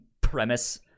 premise